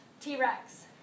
t-rex